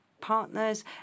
partners